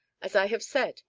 as i have said,